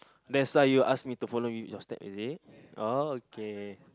that's why you ask me to follow you your step is it oh okay